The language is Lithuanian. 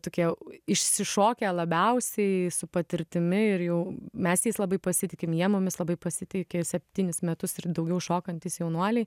tokie išsišokę labiausiai su patirtimi ir jau mes jais labai pasitikim jie mumis labai pasitiki septynis metus ir daugiau šokantys jaunuoliai